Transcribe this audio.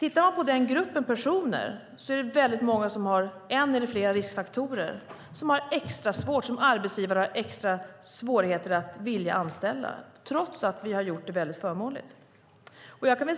I den gruppen personer är det väldigt många som förknippas med en eller flera riskfaktorer och som arbetsgivarna har extra svårigheter att vilja anställa, trots att vi har gjort det väldigt förmånligt.